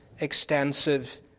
extensive